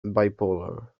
bipolar